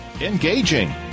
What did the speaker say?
engaging